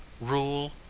rule